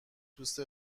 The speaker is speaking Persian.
دوست